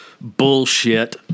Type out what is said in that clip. bullshit